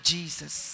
Jesus